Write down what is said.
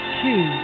two